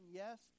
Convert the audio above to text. yes